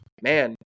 man